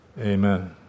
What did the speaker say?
Amen